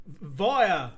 via